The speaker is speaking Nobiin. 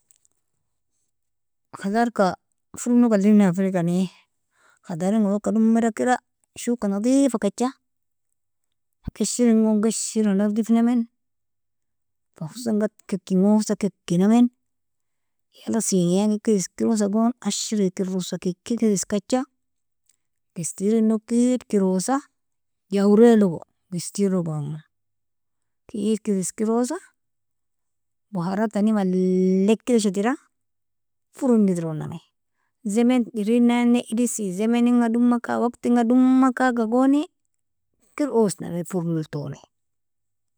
Khadarka furunog adlina firgkani, khadaringa owalka dumeda kira shoka nadifkaja, fa geshrin gon geshira nadifnamen, fa hosan gati kikn gon hosan kikinamen, yala sinya inga ikir iskerosa gon, ashrikir russa kikikir iskacha, gistirinog kidkirosa, jawrelogo gistirgo imo kidkirosa, boharattani mallek idachatira furounna idroname, zemin irin nanne idisen zemininga dummakga waktinga dummakaga goni, kir osname furniltoni.